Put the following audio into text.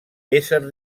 ésser